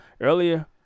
Earlier